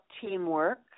teamwork